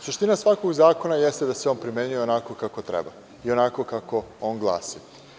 Suština svakog zakona jeste da se on primenjuje onako kako treba i onako kako on glasi.